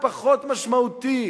הפחות משמעותי.